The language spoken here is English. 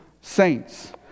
saints